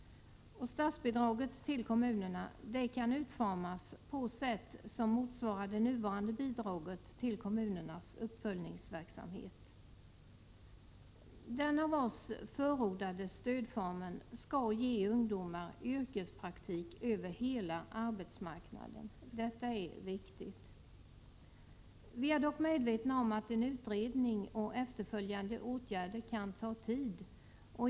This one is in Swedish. Statsbidraget till kommunerna kan utformas på sätt som motsvarar det nuvarande bidraget till kommunernas uppföljningsverksamhet. Den av oss förordade stödformen skall ge ungdomar yrkespraktik över hela arbetsmarknaden — detta är viktigt! Vi är dock medvetna om att en utredning och efterföljande åtgärder kan ta tid.